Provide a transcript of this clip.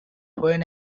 when